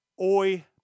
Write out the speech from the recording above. Oi